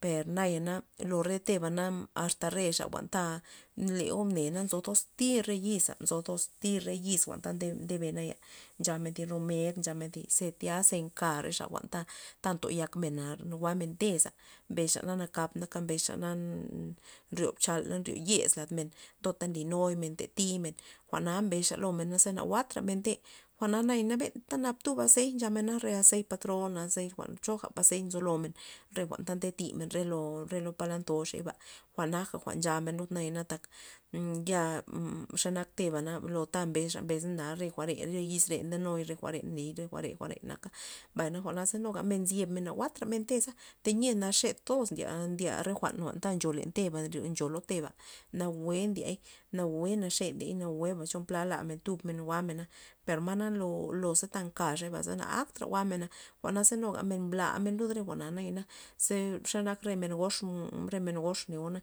per naya na lo re te'ba na asta re xa ta neo mne nzo toz thir re yix nzo toz thir re yiz jwa'n ta nde naya nchamen thi romed nchamen thi ze tya ze nkaxa re jwa'nta ta nto yak mena jwa'men te'za mbes xa na nak naka mbes xa na nryo chala nryo yez lad men tota nly nuy mena nta thiy men jwa'na mbes xa lomen za na jwa'tra men te'na jwa'na benta nab tub azeit nchamena re azeit patrona azeit choja azeit nzo poland nzomen re jwa'n ta nde timen lo re polad ta ntoxeyba naja jwa'n nchaja lud naya naya lo nak tebana na mbes xa mbes xa re jwa're yiz re nde nuy re jwa're nly re jwa're- jwa're mbay jwa'na nuga men ziebmen na jwa'tramen te'za tayia naxe toz ndye te' re jwa' ta ncho len te' nryo lo te'ba nawue ndiey nawue naxe ndiey nawue naxenta cho pla la jwa'men tubmen jwa'mena per na lo- lo za ta nkaxa reba na akta jwa'tramena jwa'naza le mbla men lud re jwa'na nayana ze nak xe men gox re men goz ne'o.